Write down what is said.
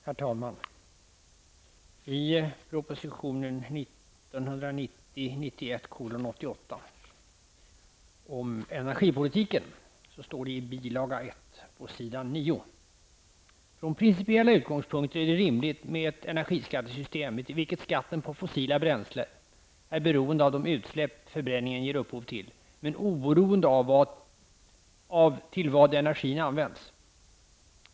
Herr talman! I proposition 1990/91:88 om energipolitiken står det i bil. 1 på s. 9: ''Från principiella utgångspunkter är det rimligt med ett energiskattesystem i vilket skatten på fossila bränslen är beroende av de utsläpp förbränningen ger upphov till men oberoende av till vad energin används.